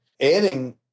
adding